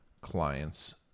client's